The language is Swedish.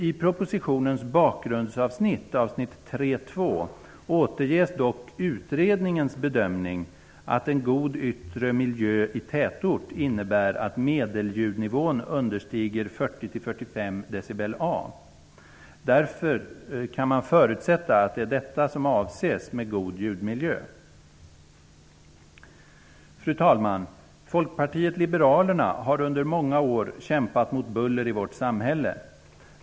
I propositionens bakgrundsavsnitt, avsnitt 3.2, återges dock utredningens bedömning att en god yttre miljö i tätort innebär att medelljudnivån understiger 40--45 dBA. Därför kan man förutsätta att det är detta som avses med god ljudmiljö. Fru talman! Folkpartiet liberalerna har under många år kämpat mot buller i vårt samhälle.